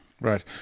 right